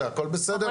הכל בסדר,